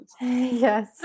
Yes